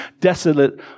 desolate